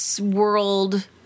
world